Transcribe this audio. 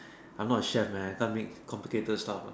I'm not a chef man I can't make complicated stuff ah